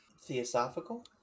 theosophical